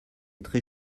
très